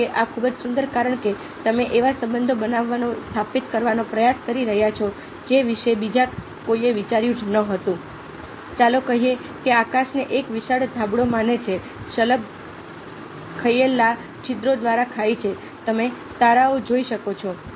કે આ ખૂબ જ સુંદર છે કારણ કે તમે એક એવો સંબંધ બનાવવાનો સ્થાપિત કરવાનો પ્રયાસ કરી રહ્યા છો જે વિશે બીજા કોઈએ વિચાર્યું ન હતું ચાલો કહીએ કવિ આકાશને એક વિશાળ ધાબળો માને છે જે શલભ ખાયેલા છિદ્રો દ્વારા ખાય છે તમે તારાઓ જોઈ શકો છો